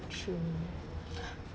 true